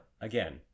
again